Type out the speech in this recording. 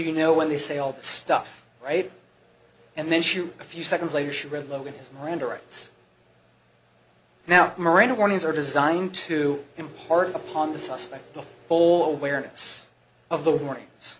you know when they say all that stuff right and then shoot a few seconds later she read logan his miranda rights now miranda warnings are designed to impart upon the suspect the whole awareness of the warnings